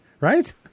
right